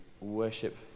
worship